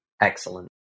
Excellent